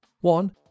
One